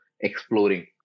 exploring